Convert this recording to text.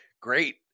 Great